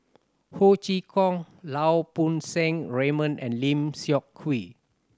Ho Chee Kong Lau Poo Seng Raymond and Lim Seok Hui